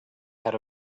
head